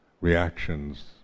reactions